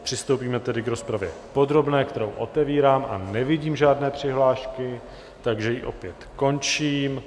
Přistoupíme tedy k rozpravě podrobné, kterou otevírám, a nevidím žádné přihlášky, takže ji opět končím.